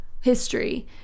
history